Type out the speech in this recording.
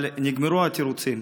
אבל נגמרו התירוצים,